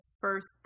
first